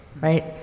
right